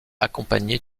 accompagné